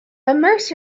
immerse